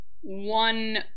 one